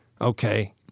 okay